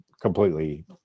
completely